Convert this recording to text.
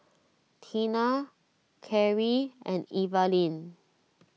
Tina Karie and Evaline